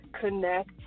connect